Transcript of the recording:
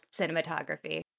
cinematography